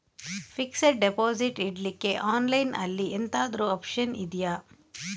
Fixed deposit ಇಡ್ಲಿಕ್ಕೆ online ಅಲ್ಲಿ ಎಂತಾದ್ರೂ ಒಪ್ಶನ್ ಇದ್ಯಾ?